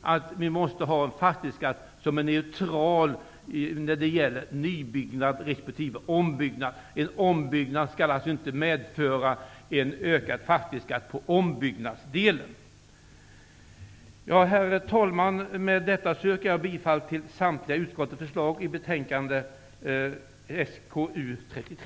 att vi måste ha en fastighetsskatt som är neutral mellan nybyggnad och ombyggnad. En ombyggnad skall inte medföra en högre fastighetsskatt på ombyggnadsdelen. Herr talman! Med detta yrkar jag bifall till utskottets hemställan på samtliga punkter i skatteutskottets betänkande SkU33.